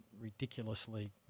ridiculously